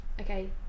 okay